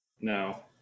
No